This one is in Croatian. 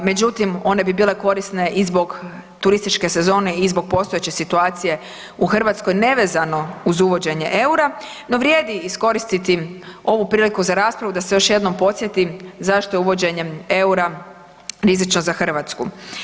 Međutim, one bi bile korisne i zbog turističke sezone i zbog postojeće situacije u Hrvatskoj nevezano uz uvođenje EUR-a, no vrijedi iskoristiti ovu priliku za raspravu da se još jednom podsjetim zašto je uvođenje EUR-a rizično za Hrvatsku.